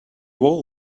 all